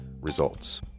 Results